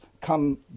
come